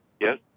Yes